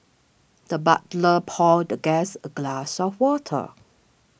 the butler poured the guest a glass of water